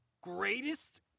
greatest